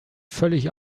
völlig